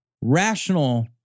rational